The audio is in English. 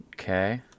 Okay